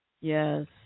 Yes